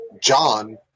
John